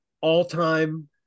all-time